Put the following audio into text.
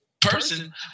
person